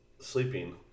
sleeping